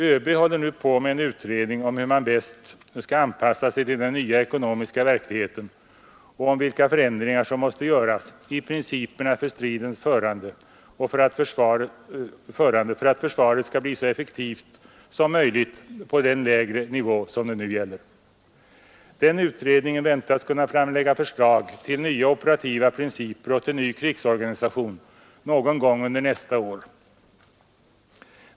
Överbefälhavaren håller nu på med en utredning om hur man bäst skall anpassa sig till den nya ekonomiska verkligheten och om vilka förändringar som måste göras i principerna för stridens förande för att försvaret skall bli så effektivt som möjligt på den lägre nivå det nu gäller. Den utredningen väntas kunna framlägga förslag till nya operativa principer och till ny krigsorganisation någon gång under nästa år.